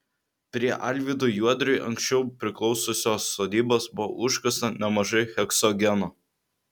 prie alvydui juodriui anksčiau priklausiusios sodybos buvo užkasta nemažai heksogeno